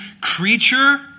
creature